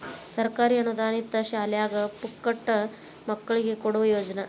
ಸರ್ಕಾರಿ ಅನುದಾನಿತ ಶಾಲ್ಯಾಗ ಪುಕ್ಕಟ ಮಕ್ಕಳಿಗೆ ಕೊಡುವ ಯೋಜನಾ